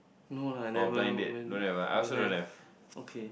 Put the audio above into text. no lah never went don't have okay